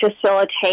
facilitate